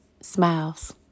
smiles